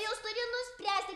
jos turi nuspręsti